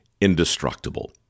indestructible